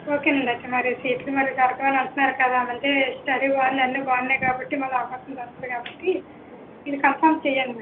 ఓకేనండి ఒకే మరి సీట్లు మరి దొరకవని అంటున్నారు కదా అంటే స్టడీ బాగుంది అన్నీ బాగున్నాయి కాబట్టి మాకు అవకాశం దొరకదు కాబట్టి ఇది కన్ఫార్మ్ చేయండి మరి